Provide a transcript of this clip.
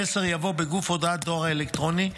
המסר יבוא בגוף הודעת הדואר האלקטרוני,